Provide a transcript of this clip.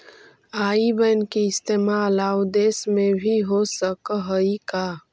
आई बैन के इस्तेमाल आउ देश में भी हो सकऽ हई का?